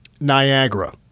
Niagara